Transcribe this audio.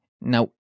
Now